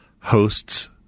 hosts